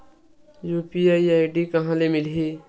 UPI ID कहां ले मिलही?